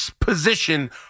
position